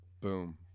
boom